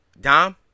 Dom